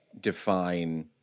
define